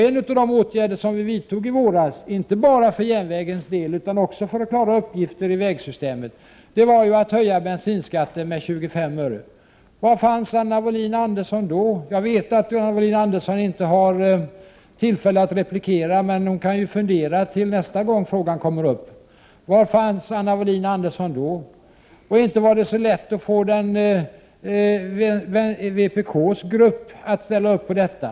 En av de åtgärder vi i regeringen vidtog i våras, inte bara för järnvägens del utan också för att klara uppgifter i vägsystemet, var att höja bensinskatten med 25 öre. Var fanns Anna Wohlin-Andersson då? Jag vet att Anna Wohlin-Andersson inte har tillfälle att replikera, men hon kan fundera till nästa gång frågan kommer upp. Inte heller var det så lätt att få vpk:s grupp att ställa upp på detta.